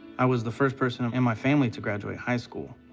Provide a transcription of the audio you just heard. i was the first person in and my family to graduate high school,